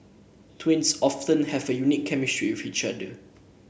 twins often have a unique chemistry with each other